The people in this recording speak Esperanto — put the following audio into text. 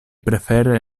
prefere